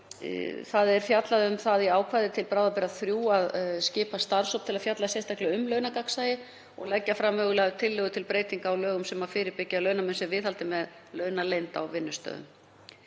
Fjallað er um það í ákvæði til bráðabirgða III að skipa starfshóp til að fjalla sérstaklega um launagagnsæi og leggja fram mögulegar tillögur til breytinga á lögum sem fyrirbyggja að launamun sé viðhaldið með launaleynd á vinnustöðum.